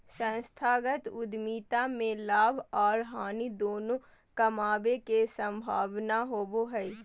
संस्थागत उद्यमिता में लाभ आर हानि दोनों कमाबे के संभावना होबो हय